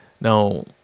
Now